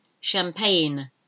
Champagne